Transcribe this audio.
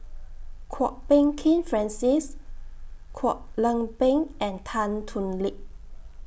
Kwok Peng Kin Francis Kwek Leng Beng and Tan Thoon Lip